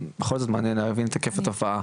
בכל זאת מעניין להבין את היקף התופעה.